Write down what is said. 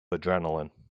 adrenaline